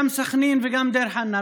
גם סח'נין וגם דיר חנא,